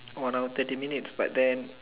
one hour thirty minutes but then